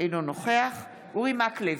אינו נוכח אורי מקלב,